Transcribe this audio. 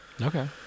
okay